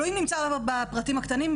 אלוהים נמצא בפרטים הקטנים,